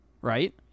right